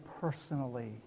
personally